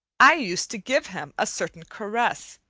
i used to give him a certain caress,